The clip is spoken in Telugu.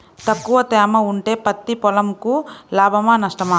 తక్కువ తేమ ఉంటే పత్తి పొలంకు లాభమా? నష్టమా?